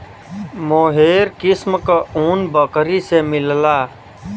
मोहेर किस्म क ऊन बकरी से मिलला